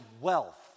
wealth